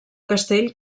castell